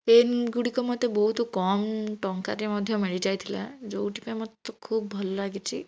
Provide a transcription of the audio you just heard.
ପେନ୍ଗୁଡ଼ିକ ମୋତେ ବହୁତ କମ୍ ଟଙ୍କାରେ ମଧ୍ୟ ମିଳିଯାଇଥିଲା ଯେଉଁଥିପାଇଁ ମୋତେ ଖୁବ୍ ଭଲ ଲାଗିଛି